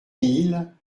mille